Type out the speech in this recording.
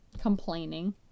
complaining